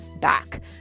back